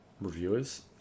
reviewers